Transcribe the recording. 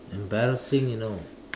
embarrassing you know